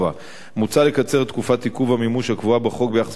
4. מוצע לקצר את תקופת עיכוב המימוש הקבועה בחוק ביחס